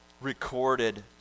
recorded